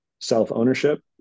self-ownership